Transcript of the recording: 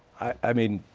i mean